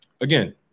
again